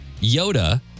Yoda